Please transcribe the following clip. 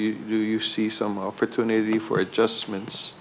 you do you see some opportunity for adjustments